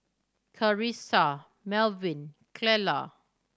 Charissa Melvyn Clella